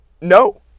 No